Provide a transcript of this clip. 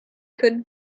could